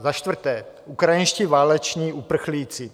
Za čtvrté ukrajinští váleční uprchlíci.